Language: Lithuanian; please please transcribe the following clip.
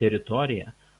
teritorija